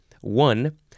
One